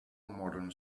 modern